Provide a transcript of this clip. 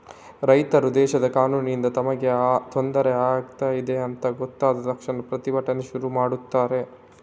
ರೈತರು ದೇಶದ ಕಾನೂನಿನಿಂದ ತಮಗೆ ತೊಂದ್ರೆ ಆಗ್ತಿದೆ ಅಂತ ಗೊತ್ತಾದ ತಕ್ಷಣ ಪ್ರತಿಭಟನೆ ಶುರು ಮಾಡ್ತಾರೆ